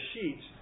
sheets